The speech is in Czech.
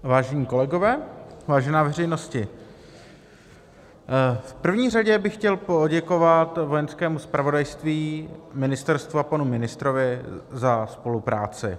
Vážení kolegové, vážená veřejnosti, v první řadě bych chtěl poděkovat Vojenskému zpravodajství, ministerstvu a panu ministrovi za spolupráci.